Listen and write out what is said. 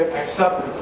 accept